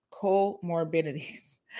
comorbidities